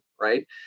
right